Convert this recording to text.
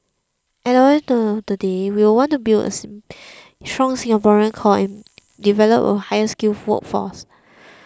at the end of the day we want to build a strong Singaporean core and develop a higher skilled workforce